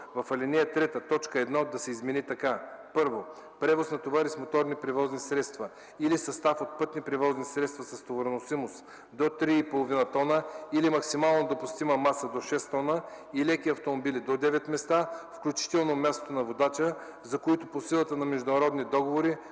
В ал. 3 т. 1 да се измени така: „1. превоз на товари с моторни превозни средства или състав от пътни превозни средства с товароносимост до 3,5 тона или максимално допустима маса до 6 тона и леки автомобили до 9 места, включително мястото на водача, за които по силата на международни договори,